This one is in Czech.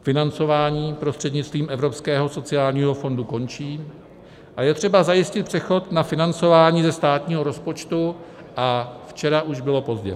Financování prostřednictvím Evropského sociálního fondu končí a je třeba zajistit přechod na financování ze státního rozpočtu, a včera už bylo pozdě.